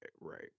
Right